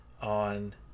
on